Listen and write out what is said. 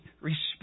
respect